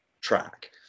track